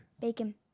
Bacon